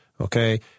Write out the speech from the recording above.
Okay